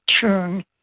turn